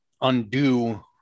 undo